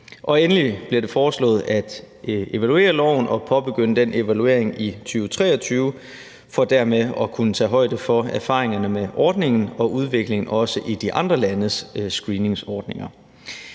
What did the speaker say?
Endelig bliver det foreslået at evaluere loven og påbegynde den evaluering i 2023 for dermed at kunne tage højde for erfaringerne med ordningen og også udviklingen i de andre landes screeningsordninger.